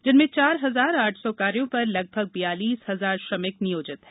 जिनमें चार हजार आठ सौ कार्यो पर लगभग बियालिस हजार श्रमिक नियोजित है